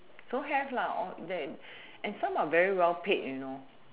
so have all that and some are very well paid you know